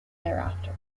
thereafter